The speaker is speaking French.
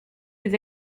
des